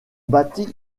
bâtit